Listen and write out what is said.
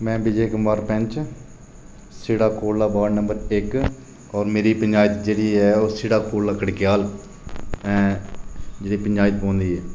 में विजय कुमार पैंच Sira Kaulla ward number इक और मेरी पंचायत जेह़्ड़ी ऐ ओह् सिड़ा कौल्ला ककडेआल च पंचायत पौंदी ऐ